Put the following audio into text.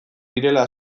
direla